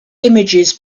images